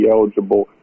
eligible